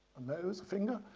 a nose? a finger?